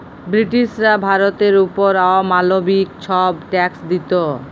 ব্রিটিশরা ভারতের অপর অমালবিক ছব ট্যাক্স দিত